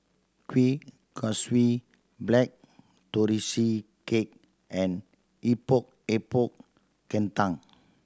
Kuih Kaswi Black Tortoise Cake and Epok Epok Kentang